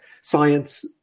science